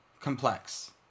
complex